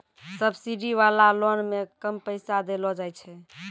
subsidy वाला loan मे कम पैसा देलो जाय छै